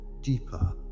deeper